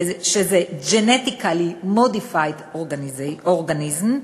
שזה Genetically Modified Organism,